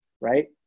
right